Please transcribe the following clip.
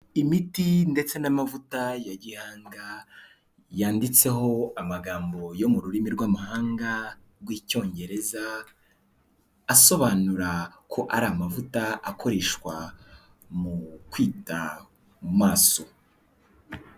Imiti ndetse n'amavuta ya gihanga, yanditseho amagambo yo mu rurimi rw'amahanga rw'icyongereza, asobanura ko ari amavuta akoreshwa mu kwita mu maso.